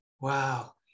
Wow